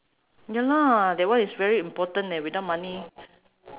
ya lah that one is very important leh without money